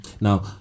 Now